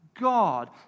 God